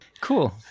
Cool